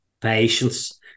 patience